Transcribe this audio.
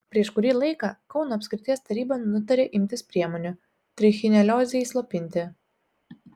prieš kurį laiką kauno apskrities taryba nutarė imtis priemonių trichineliozei slopinti